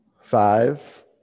five